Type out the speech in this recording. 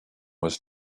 was